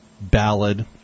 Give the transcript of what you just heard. ballad